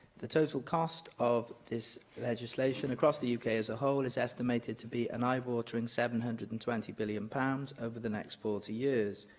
the total cost of this legislation across the uk as a whole is estimated to be an eye-watering seven hundred and twenty billion pounds over the next forty years.